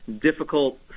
difficult